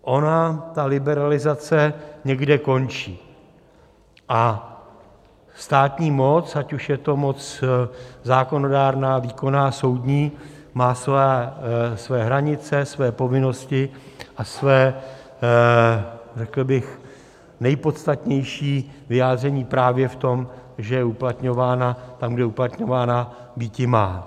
Ona ta liberalizace někde končí a státní moc, ať už je to moc zákonodárná, výkonná, soudní, má své hranice, povinnosti a své řekl bych nejpodstatnější vyjádření právě v tom, že je uplatňována tam, kde uplatňována býti má.